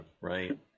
right